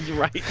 right